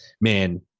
man